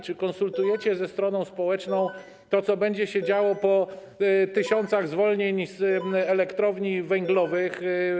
Czy konsultujecie ze stroną społeczną to, co będzie się działo po tysiącach zwolnień z elektrowni węglowych?